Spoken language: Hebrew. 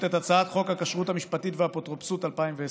את הצעת חוק הכשרות המשפטית והאפוטרופסות (תיקון מס' 19),